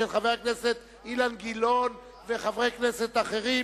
של חבר הכנסת אילן גילאון וחברי כנסת אחרים.